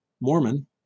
Mormon